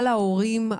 על ההורים,